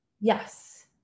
Yes